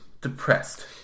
Depressed